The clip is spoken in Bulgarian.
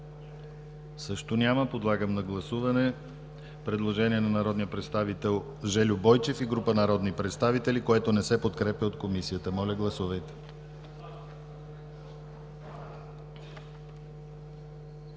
Също няма. Подлагам на гласуване предложението на народния представител Жельо Бойчев и група народни представители, което не се подкрепя от Комисията. Гласували